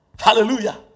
hallelujah